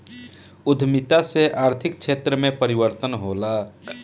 उद्यमिता से आर्थिक क्षेत्र में परिवर्तन होला